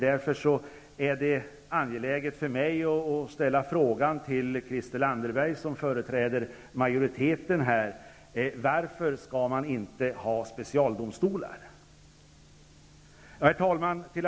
Därför är det angeläget för mig att ställa en fråga till Christel Anderberg, som företräder majoriteten. Varför skall man inte ha specialdomstolar? Herr talman!